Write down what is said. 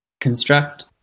construct